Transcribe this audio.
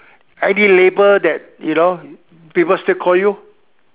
any label that you know people still call you